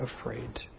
afraid